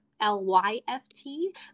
L-Y-F-T